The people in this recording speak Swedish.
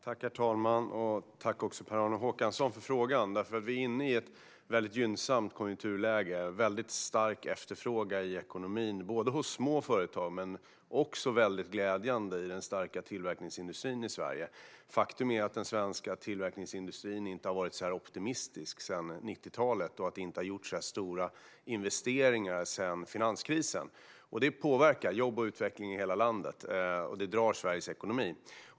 Herr talman! Tack, Per-Arne Håkansson, för frågan! Vi är inne i ett väldigt gynnsamt konjunkturläge. Det finns en stark efterfrågan i ekonomin hos små företag och glädjande även hos den starka svenska tillverkningsindustrin. Faktum är att den svenska tillverkningsindustrin inte har varit så här optimistisk sedan 90-talet. Det har inte gjorts så här stora investeringar sedan finanskrisen. Detta påverkar jobb och utveckling i hela landet, och det drar Sveriges ekonomi framåt.